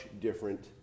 different